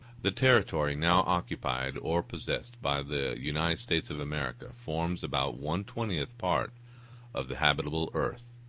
the territory now occupied or possessed by the united states of america forms about one-twentieth part of the habitable earth.